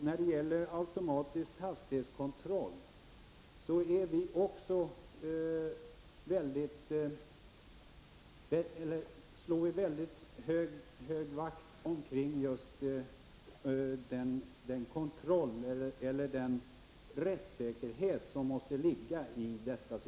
När det gäller automatisk hastighetskontroll slår vi väldigt noga vakt om just den rättssäkerhet som måste finnas i systemet.